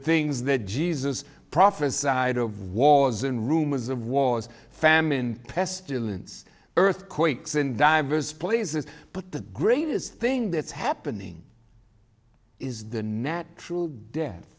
things that jesus prophesied of wars and rumors of wars famine pestilence earthquakes in diverse places but the greatest thing that's happening is the natural death